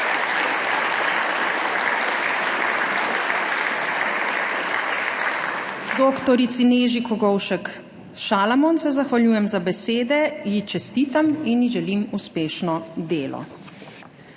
Dr. Neži Kogovšek Šalamon se zahvaljujem za besede, ji čestitam in ji želim uspešno delo.